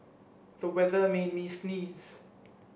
the weather made me sneeze